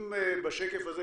אם בשקף הזה,